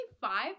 five